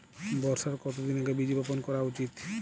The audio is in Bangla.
বর্ষার কতদিন আগে বীজ বপন করা উচিৎ?